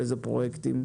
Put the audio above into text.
לאילו פרויקטים?